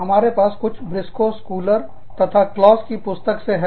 हमारे पास कुछ ब्रिस्को स्कूलर तथा क्लॉस की इस पुस्तक है